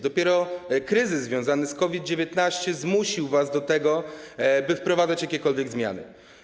Dopiero kryzys związany z COVID-19 zmusił was do tego, by wprowadzać jakiekolwiek zmiany.